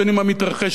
מה מתרחש כאן,